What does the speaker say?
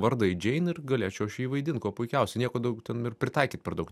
vardą į džein ir galėčiau aš jį vaidint kuo puikiausia nieko daug ten ir pritaikyt per daug